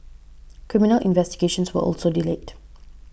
criminal investigations were also delayed